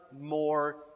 more